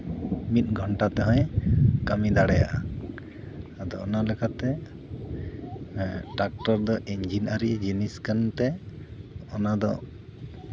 ᱢᱤᱫ ᱜᱷᱚᱱᱴᱟ ᱛᱮᱜᱚᱸᱭ ᱠᱟᱹᱢᱤ ᱫᱟᱲᱮᱭᱟᱜᱼᱟ ᱟᱫᱚ ᱚᱱᱟ ᱞᱮᱠᱟᱛᱮ ᱴᱨᱟᱠᱴᱚᱨ ᱫᱚ ᱤᱧᱡᱤᱱᱟᱹᱨᱤ ᱡᱤᱱᱤᱥ ᱠᱟᱱᱛᱮ ᱚᱱᱟᱫᱚ